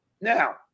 Now